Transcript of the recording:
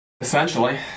Essentially